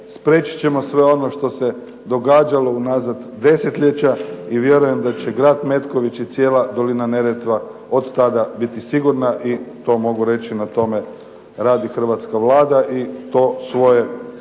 spriječit ćemo sve ono što se događalo unazad desetljeća. I vjerujem da će grad Metković i cijela dolina Neretve od tada biti sigurna i to mogu reći da na tome radi hravtska Vlada i taj svoj posao